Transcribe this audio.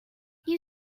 you